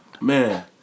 Man